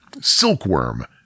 Silkworm